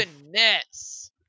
Goodness